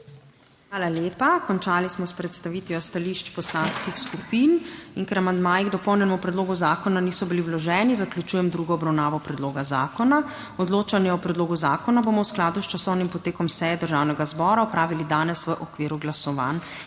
Hvala lepa. Končali smo predstavitev stališč poslanskih skupin. Ker amandmaji k dopolnjenemu predlogu zakona niso bili vloženi, zaključujem drugo obravnavo predloga zakona. Odločanje o predlogu zakona bomo v skladu s časovnim potekom seje Državnega zbora opravili danes v okviru glasovanj.